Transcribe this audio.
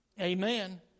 Amen